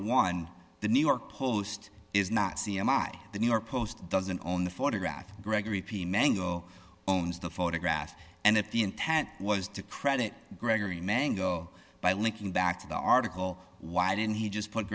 one the new york post is not c m i the new york post doesn't own the photograph gregory p mango owns the photograph and if the intent was to credit gregory mango by linking back to the article why didn't he just put